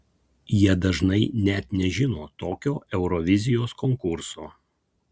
jie dažnai net nežino tokio eurovizijos konkurso